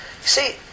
See